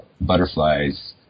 butterflies